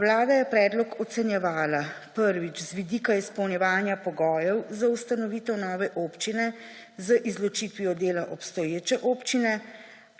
Vlada je predlog ocenjevala, prvič, z vidika izpolnjevanja pogojev za ustanovitev nove občine z izločitvijo dela obstoječe občine;